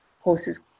horses